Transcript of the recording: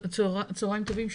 צוהריים טובים,